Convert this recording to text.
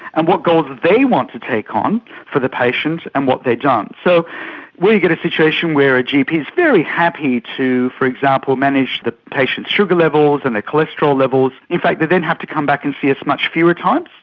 and what goals that they want to take on for the patient and what they don't. so where you get a situation where a gp is very happy to, for example, manage the patients' sugar levels and their cholesterol levels, in fact they then have to come back and see us much fewer times,